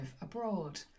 abroad